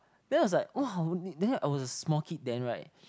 then I was like !wah! only then I was a small kid then [right]